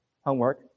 Homework